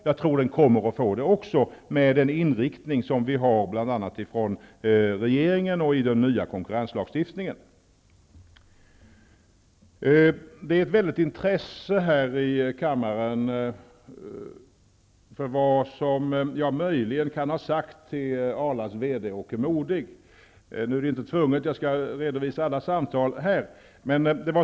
Jag tror också att den kommer att få det, med den inriktning vi har från regeringen och i den nya konkurrenslagstiftningen. Det finns här i kammren ett väldigt intresse för vad jag möjligen kan ha sagt till Arlas VD Åke Modig. Jag är inte tvungen att redovisa alla samtal här.